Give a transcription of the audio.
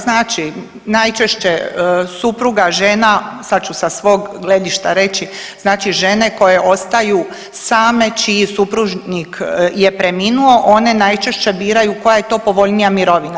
Znači najčešće supruga, žena sad ću sa svog gledišta reći, znači žene koje ostaju same, čiji supružnik je preminuo one najčešće biraju koja je to povoljnija mirovina.